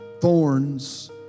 thorns